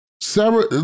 Sarah